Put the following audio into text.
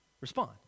respond